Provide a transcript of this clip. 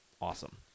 awesome